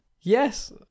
Yes